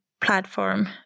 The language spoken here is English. platform